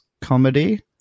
comedy